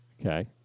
Okay